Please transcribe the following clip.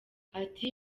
ati